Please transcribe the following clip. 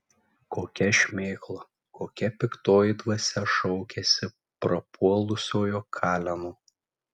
kokia šmėkla kokia piktoji dvasia šaukiasi prapuolusiojo kaleno